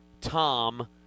Tom